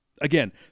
again